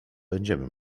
będziemy